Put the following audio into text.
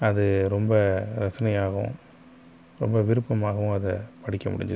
அது ரொம்ப ரசனையாகவும் ரொம்ப விருப்பமாகவும் அதை படிக்க முடிஞ்சுது